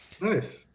Nice